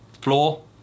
Floor